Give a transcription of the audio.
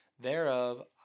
Thereof